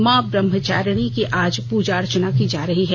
मां ब्रम्हचारिणी की आज पूजा अर्चना की जा रही है